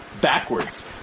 Backwards